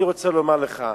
אני רוצה לומר לך: